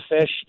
fish